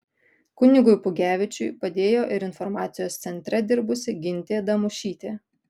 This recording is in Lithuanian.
kunigui pugevičiui padėjo ir informacijos centre dirbusi gintė damušytė